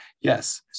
yes